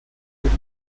kriz